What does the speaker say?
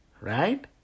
Right